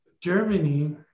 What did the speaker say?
Germany